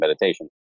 meditation